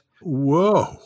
Whoa